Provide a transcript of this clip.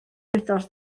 wythnos